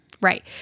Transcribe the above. Right